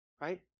right